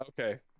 okay